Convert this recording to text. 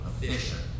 efficient